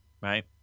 right